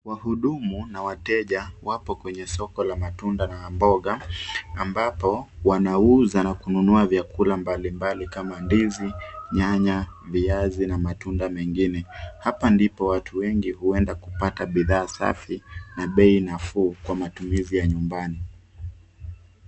Wahudumu na wateja wapo kwenye soko la matunda na mboga ambapo wanauza na kununua vyakula mbalimbali kama ndizi, nyanya, viazi na matunda mengine. Hapa ndipo watu wengi huenda kupata bidhaa safi na bei nafuu kwa matumizi ya nyumbani.